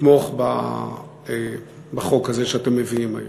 אתמוך בחוק הזה שאתם מביאים היום,